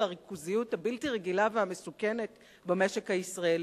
הריכוזיות הבלתי רגילה והמסוכנת במשק הישראלי,